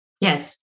yes